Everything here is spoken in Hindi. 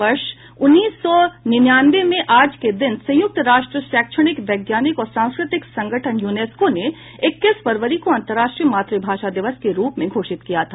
वर्ष उन्नीस सौ निन्यानवे में आज के ही दिन संयुक्त राष्ट्र शैक्षणिक वैज्ञानिक और सांस्कृतिक संगठन यूनेस्को ने इक्कीस फरवरी को अंतरराष्ट्रीय मातृभाषा दिवस के रूप में घोषित किया था